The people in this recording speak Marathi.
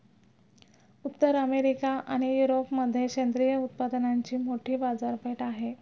उत्तर अमेरिका आणि युरोपमध्ये सेंद्रिय उत्पादनांची मोठी बाजारपेठ आहे